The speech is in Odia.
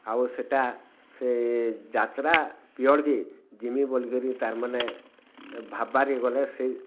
ଆଉ ସେଇଟା ସେ ଯାତ୍ରା ପିଅଡ଼୍ କେ ଜିମି ବୋଲି କରି ତାର୍ମାନେ ଭାବ୍ବାର୍ ଗଲେ